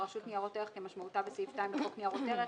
לרשות ניירות ערך כמשמעותה בסעיף 2 לחוק ניירות ערך,